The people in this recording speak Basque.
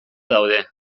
daude